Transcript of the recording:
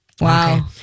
Wow